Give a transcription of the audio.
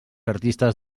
artistes